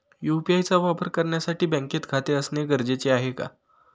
UPI चा वापर करण्यासाठी बँकेत खाते असणे गरजेचे आहे का?